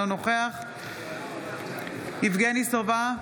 אינו נוכח יבגני סובה,